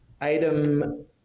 item